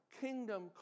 kingdom